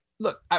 Look